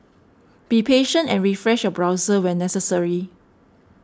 be patient and refresh your browser when necessary